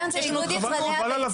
חבל על הוויכוח.